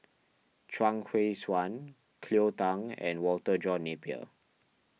Chuang Hui Tsuan Cleo Thang and Walter John Napier